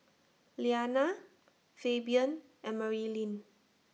Liana Fabian and Marilyn